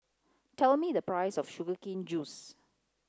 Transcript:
tell me the price of sugar cane juice